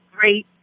Great